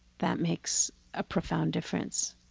that makes a profound difference.